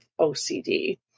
OCD